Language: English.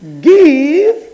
Give